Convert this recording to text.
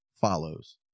follows